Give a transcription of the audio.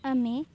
ଆମେ